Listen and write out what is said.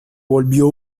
volvió